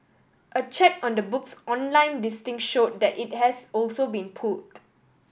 a check on the book's online listing showed that it has also been pulled